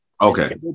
Okay